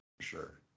sure